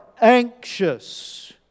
anxious